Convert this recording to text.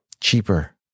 cheaper